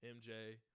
MJ